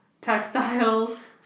Textiles